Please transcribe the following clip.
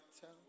tell